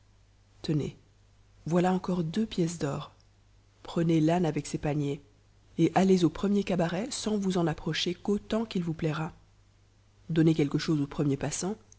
tenez voilà encore deux pièces d'or prenez t avec ses paniers et allez au premier cabaret sans vous en apm'ofjjn qu'autant qu'il vous plaira donnez quelque chose au premier passant